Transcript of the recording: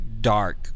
dark